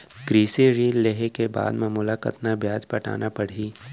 कृषि ऋण लेहे के बाद म मोला कतना ब्याज पटाना पड़ही?